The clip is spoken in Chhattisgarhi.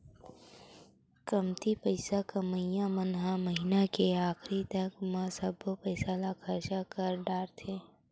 कमती पइसा कमइया मन ह महिना के आखरी तक म सब्बो पइसा ल खरचा कर डारथे